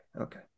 okay